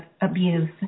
abuse